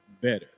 better